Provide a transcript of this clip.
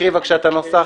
תקריא בבקשה את הנוסח.